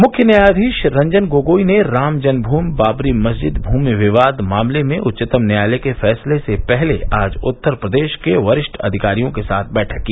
मुख्य न्यायाधीश रंजन गोगोई ने राम जन्मभूमि बाबरी मस्जिद भूमि विवाद मामले में उच्चतम न्यायालय के फैसले से पहले आज उत्तर प्रदेश के वरिष्ठ अधिकारियों के साथ बैठक की